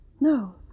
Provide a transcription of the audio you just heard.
no